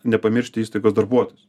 nepamiršti įstaigos darbuotojus